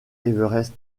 everest